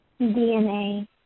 DNA